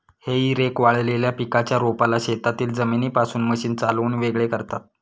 हेई रेक वाळलेल्या पिकाच्या रोपाला शेतातील जमिनीपासून मशीन चालवून वेगळे करतात